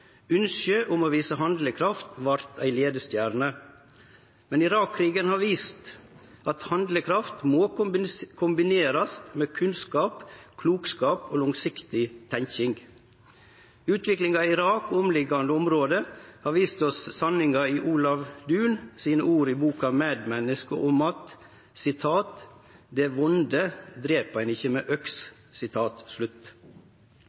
om å vise handlekraft vart ei leiestjerne. Men Irak-krigen har vist at handlekraft må kombinerast med kunnskap, klokskap og langsiktig tenking. Utviklinga i Irak og omliggjande område har vist oss sanninga i Olav Duuns ord i boka Medmenneske: «Det vonde drep ein ikkje med øks.»